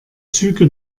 züge